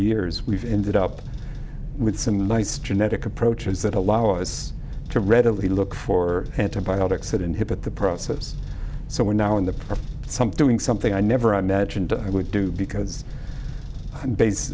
years we've ended up with some nice genetic approaches that allow us to readily look for antibiotics that inhibit the process so we're now in the something something i never imagined i would do because based